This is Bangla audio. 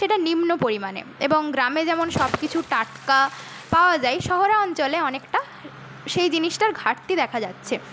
সেটা নিম্ন পরিমাণের এবং গ্রামে যেমন সব কিছু টাটকা পাওয়া যায় শহরে অঞ্চলে অনেকটা সেই জিনিসটার ঘাটতি দেখা যাচ্ছে